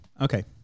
okay